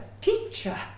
teacher